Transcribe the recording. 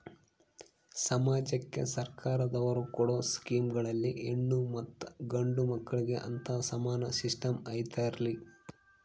ಸಮಾಜಕ್ಕೆ ಸರ್ಕಾರದವರು ಕೊಡೊ ಸ್ಕೇಮುಗಳಲ್ಲಿ ಹೆಣ್ಣು ಮತ್ತಾ ಗಂಡು ಮಕ್ಕಳಿಗೆ ಅಂತಾ ಸಮಾನ ಸಿಸ್ಟಮ್ ಐತಲ್ರಿ?